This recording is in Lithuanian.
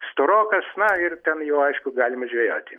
storokas na ir ten jau aišku galima žvejoti